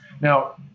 Now